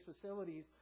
facilities